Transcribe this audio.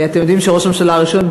אתם יודעים שראש הממשלה הראשון,